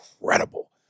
incredible